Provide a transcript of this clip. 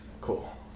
Cool